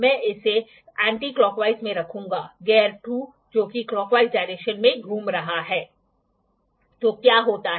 कभी कभी angle measurement का प्राथमिक उद्देश्य एंगल को मापना नहीं होता है बल्कि मशीन भाग के संरेखण का आकलन करना होता है